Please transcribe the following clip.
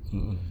(uh huh)